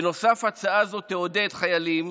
בנוסף, הצעה זו תעודד חיילים